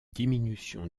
diminution